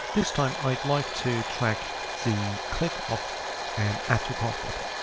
this time i'd like to track the click of an add to cart button.